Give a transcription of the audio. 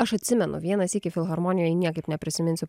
aš atsimenu vieną sykį filharmonijoj niekaip neprisiminsiu